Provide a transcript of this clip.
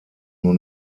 nur